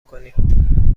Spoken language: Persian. کنیم